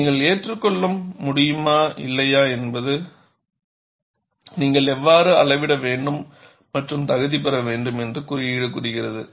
நீங்கள் ஏற்றுக்கொள்ள முடியுமா இல்லையா என்பதை நீங்கள் எவ்வாறு அளவிட வேண்டும் மற்றும் தகுதி பெற வேண்டும் என்று குறியீடு கூறுகிறது